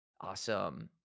Awesome